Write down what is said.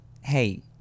Hey